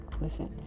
listen